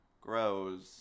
grows